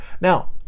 Now